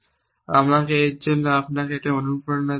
আমাকে এর জন্য আপনাকে একটি অনুপ্রেরণা দিতে দিন